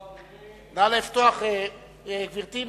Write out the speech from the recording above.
גברתי,